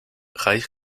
high